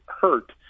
hurt